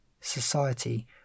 society